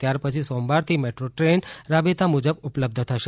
ત્યારપછી સોમવારથી metro train રાબેતા મુજબ ઉપલબ્ધ થશે